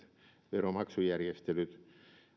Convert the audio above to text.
veronmaksujärjestelyt